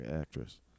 actress